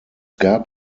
gab